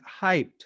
hyped